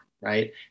right